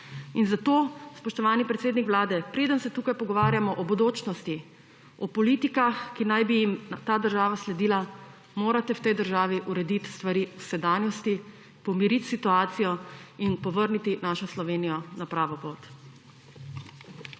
Zato, spoštovani predsednik vlade, preden se tukaj pogovarjamo o bodočnosti, o politikah, ki naj bi jim ta država sledila, morate v tej državi urediti stvari v sedanjosti, pomiriti situacijo in povrniti našo Slovenijo na pravo pot.